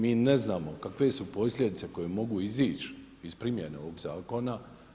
Mi ne znamo kakve su posljedice koje mogu izići iz primjene ovog zakona.